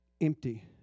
empty